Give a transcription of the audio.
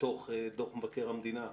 מתוך דוח מבקר המדינה,